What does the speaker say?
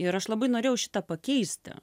ir aš labai norėjau šitą pakeisti